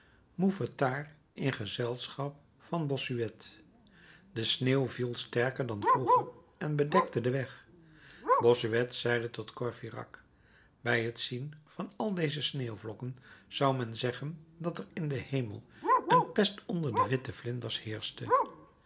mouffetard in gezelschap van bossuet de sneeuw viel sterker dan vroeger en bedekte den weg bossuet zeide tot courfeyrac bij het zien van al deze sneeuwvlokken zou men zeggen dat er in den hemel een pest onder de witte vlinders